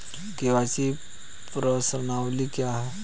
KYC प्रश्नावली क्या है?